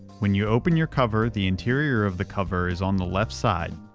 when you open your cover, the interior of the cover is on the left side.